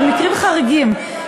במקרים חריגים,